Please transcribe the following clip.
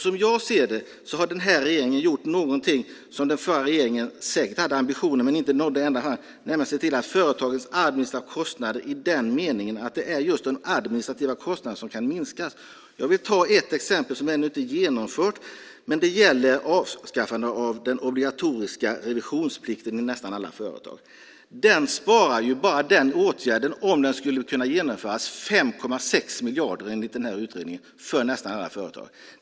Som jag ser det har den här regeringen gjort någonting som den förra regeringen säkert hade ambitionen att göra men inte nådde ända fram med, nämligen att se till företagens administrativa kostnader i den meningen att det är just de administrativa kostnaderna som kan minskas. Jag vill ta ett exempel som ännu inte är genomfört. Det gäller avskaffandet av den obligatoriska revisionsplikten i nästan alla företag. Om enbart den åtgärden skulle kunna genomföras sparar den, enligt utredningen, 5,6 miljarder.